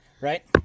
Right